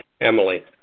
Emily